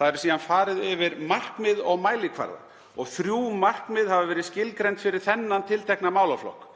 Þar er síðan farið yfir markmið og mælikvarða og þrjú markmið hafa verið skilgreind fyrir þennan tiltekna málaflokk: